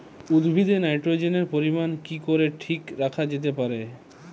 উদ্ভিদে নাইট্রোজেনের পরিমাণ কি করে ঠিক রাখা যেতে পারে?